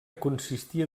consistia